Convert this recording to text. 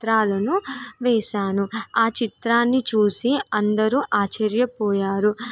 చిత్రాలను వేసాను ఆ చిత్రాన్ని చూసి అందరూ ఆశ్చర్యపోయారు